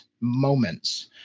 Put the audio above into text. moments